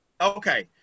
Okay